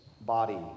body